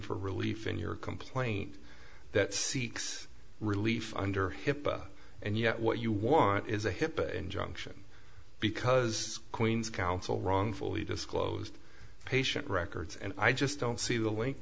for relief in your complaint that seeks relief under hipaa and yet what you want is a hipaa injunction because queen's counsel wrongfully disclosed patient records and i just don't see the link